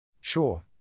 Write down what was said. Sure